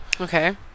okay